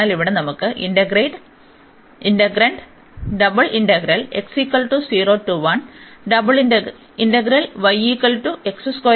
അതിനാൽ ഇവിടെ നമുക്ക് ഇന്റഗ്രന്റ്ഉണ്ട്